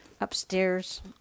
upstairs